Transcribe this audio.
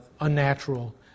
unnatural